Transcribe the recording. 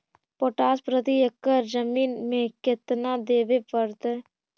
Potash प्रति एकड़ जमीन में केतना देबे पड़तै?